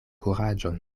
kuraĝon